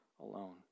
alone